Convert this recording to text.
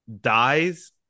dies